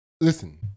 Listen